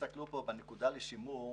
נקודה לשימור: